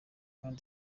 kandi